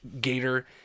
gator